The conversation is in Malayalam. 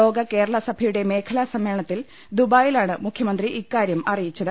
ലോക കേരള സഭയുടെ മേഖലാ സമ്മേളനത്തിൽ ദുബായിലാണ് മുഖ്യമന്ത്രി ഇക്കാര്യം അറിയിച്ചത്